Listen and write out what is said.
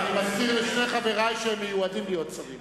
אני מזכיר לשני חברי שהם מיועדים להיות שרים.